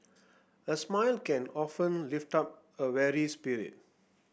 a smile can often lift up a weary spirit